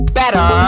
better